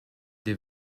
des